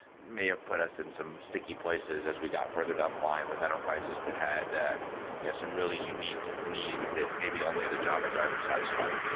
may have put us in some sticky places as we got further down the line with enterprises that had ah yeah some really unique needs that maybe only the java driver satisfied.